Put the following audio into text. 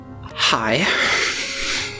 Hi